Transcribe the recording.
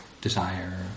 desire